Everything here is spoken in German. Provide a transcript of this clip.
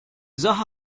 sache